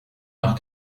nach